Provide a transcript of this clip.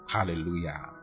Hallelujah